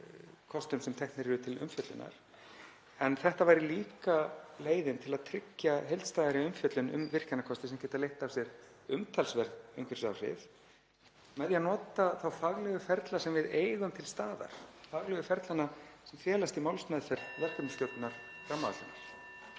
kostum sem teknir eru til umfjöllunar en þetta væri líka leið til að tryggja heildstæðari umfjöllun um virkjunarkosti sem geta leitt af sér umtalsverð umhverfisáhrif með því að nota þá faglegu ferla sem við eigum til staðar, faglegu ferlana sem felast í málsmeðferð verkefnisstjórnar rammaáætlunar.